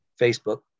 Facebook